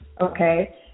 Okay